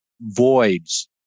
voids